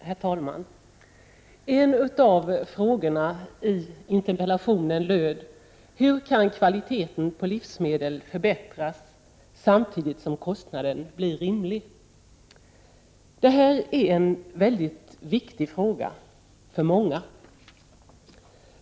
Herr talman! En av frågorna i interpellationen löd: Hur kan kvaliteten på livsmedlen förbättras samtidigt som kostnaden blir rimlig? Detta är en mycket viktig fråga för många.